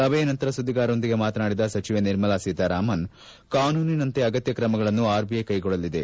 ಸಭೆಯ ನಂತರ ಸುಧ್ಗಿಗಾರರೊಂದಿಗೆ ಮಾತನಾಡಿದ ಸಚಿವೆ ನಿರ್ಮಲಾ ಸೀತಾರಾಮನ್ ಕಾನೂನಿನಂತೆ ಅಗತ್ನ ಕ್ರಮಗಳನ್ನು ಆರ್ಬಿಐ ಕ್ಕೆಗೊಳ್ಳಲಿದೆ